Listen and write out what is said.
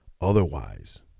otherwise